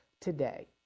today